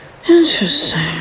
Interesting